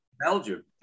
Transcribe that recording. Belgium